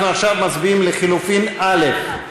אנחנו עכשיו מצביעים על לחלופין א'.